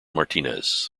martinez